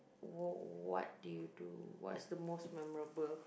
what what did you do what's the most memorable